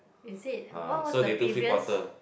is it what was the previous